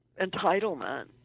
entitlement